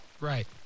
Right